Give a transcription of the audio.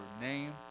name